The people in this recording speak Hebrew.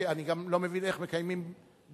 כי אני גם לא מבין איך מקיימים קבינט,